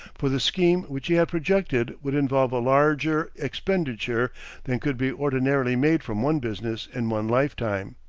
for the scheme which he had projected would involve a larger expenditure than could be ordinarily made from one business in one lifetime.